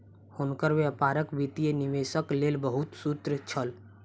हुनकर व्यापारक वित्तीय निवेशक लेल बहुत सूत्र छल